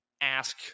ask